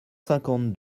cinquante